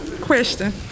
Question